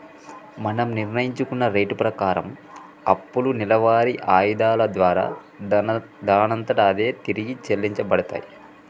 మనం నిర్ణయించుకున్న రేటు ప్రకారం అప్పులు నెలవారి ఆయిధాల దారా దానంతట అదే తిరిగి చెల్లించబడతాయి